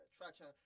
attraction